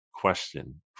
question